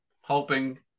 hoping